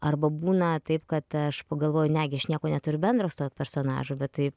arba būna taip kad aš pagalvoju ne gi aš nieko neturiu bendro su tuo personažu bet tai